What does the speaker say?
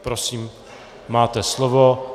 Prosím, máte slovo.